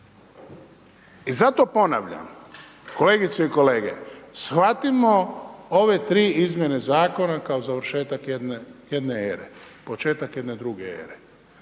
I zato ponavljam, kolegice i kolege, shvatimo ove tri izmjene Zakona kao završetak jedne ere, početak jedne druge ere.